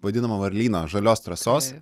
vadinama varlynu žalios trasos